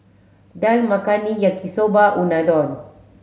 Dal Makhani Yaki Soba Unadon